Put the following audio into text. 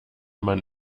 man